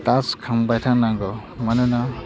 टास्ट खांबाय थानांगौ मानोना